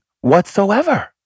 whatsoever